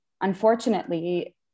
unfortunately